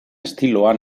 estiloa